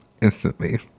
instantly